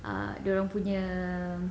ah dia punya